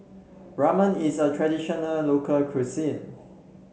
Ramen is a traditional local cuisine